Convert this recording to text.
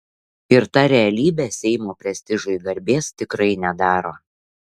ir ta realybė seimo prestižui garbės tikrai nedaro